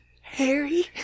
Harry